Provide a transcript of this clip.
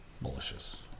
malicious